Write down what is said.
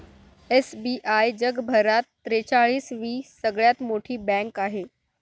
SBI जगभरात त्रेचाळीस वी सगळ्यात मोठी बँक आहे